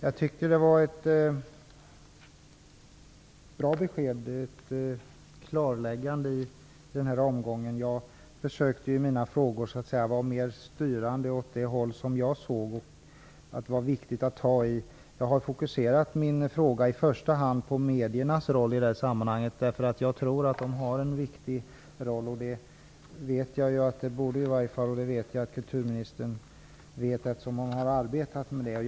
Fru talman! Det var ett bra besked, ett klarläggande, i den här omgången. Jag försökte i mina frågor mer styra åt det håll som jag ansåg vara viktigt. Jag har i första hand fokuserat min fråga på mediernas roll i detta sammanhang. Jag tror nämligen att de har en viktig roll. Jag vet att kulturministern känner till detta, eftersom hon har arbetat med medier.